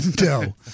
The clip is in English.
No